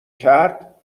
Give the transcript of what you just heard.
کرد